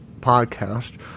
podcast